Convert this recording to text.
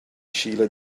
shiela